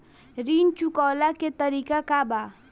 ऋण चुकव्ला के तरीका का बा?